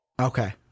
Okay